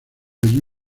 allí